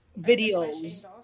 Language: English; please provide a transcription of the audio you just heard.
videos